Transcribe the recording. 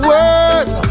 Words